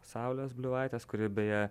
saulės bliuvaitės kuri beje